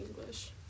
English